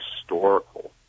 historical